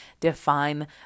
define